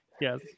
Yes